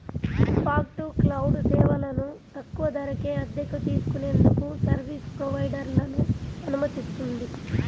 fog to cloud సేవలను తక్కువ ధరకే అద్దెకు తీసుకునేందుకు సర్వీస్ ప్రొవైడర్లను అనుమతిస్తుంది